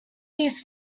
these